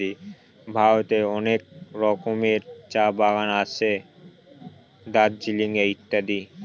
ভারতের অনেক রকমের চা বাগানে আছে দার্জিলিং এ ইত্যাদি